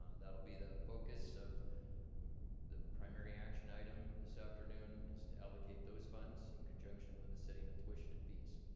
and that'll be the focus of the primary action item this afternoon is to allocate those funds in conjunction with the setting tuition and fees.